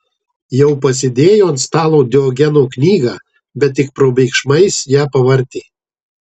jau pasidėjo ant stalo diogeno knygą bet tik probėgšmais ją pavartė